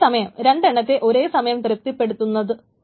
അതേസമയം രണ്ടെണ്ണത്തെ ഒരേ സമയം തൃപ്തിപ്പെടുത്തുന്നവയുണ്ട്